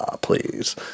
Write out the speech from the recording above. please